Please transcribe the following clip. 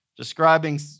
describing